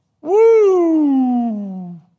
Woo